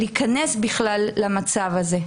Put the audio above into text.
להיכנס בכלל למצב הזה.